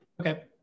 Okay